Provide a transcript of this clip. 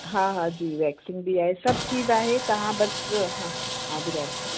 हा हा जी वैक्सिंग बि आहे सभु चीज आहे तव्हां बस हा हा ॿुधायो